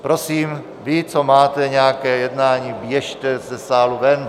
Prosím, vy, co máte nějaké jednání, běžte ze sálu ven!